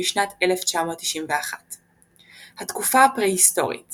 בשנת 1991. התקופה הפרהיסטורית